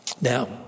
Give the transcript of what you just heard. Now